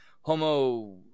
Homo